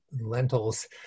lentils